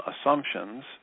assumptions